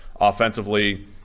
offensively